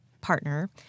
partner